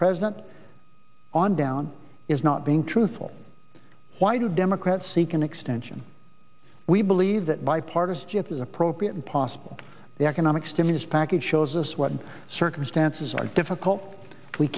president on down is not being truthful why do democrats seek an extension we believe that bipartisanship is appropriate and possible the economic stimulus package shows us what circumstances are difficult we